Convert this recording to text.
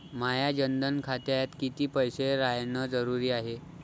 माया जनधन खात्यात कितीक पैसे रायन जरुरी हाय?